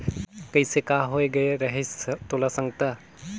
कइसे का होए गये रहिस तोला संगता